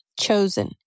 chosen